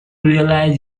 realize